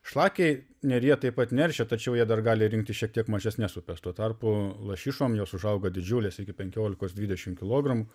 šlakiai neryje taip pat neršia tačiau jie dar gali rinktis šiek tiek mažesnes upes tuo tarpu lašišom jos užauga didžiulės iki penkiolikos dvidešim kilogramų